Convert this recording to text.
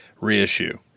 reissue